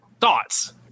thoughts